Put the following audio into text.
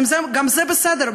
גם זה בסדר,